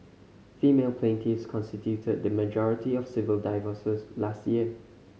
female plaintiffs constituted the majority of civil divorces last year